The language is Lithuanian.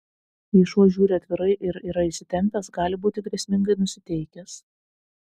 jei šuo žiūri atvirai ir yra įsitempęs gali būti grėsmingai nusiteikęs